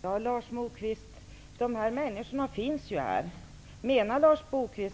Fru talman! Dessa människor finns ju här. Menar Lars